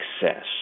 success